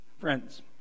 Friends